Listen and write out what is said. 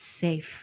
safe